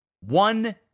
One